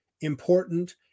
important